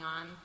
on